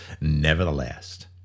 nevertheless